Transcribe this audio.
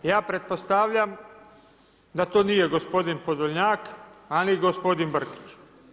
Ja pretpostavljam da to nije gospodin Podolnjak a ni gospodin Brkić.